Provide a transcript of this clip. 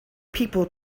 people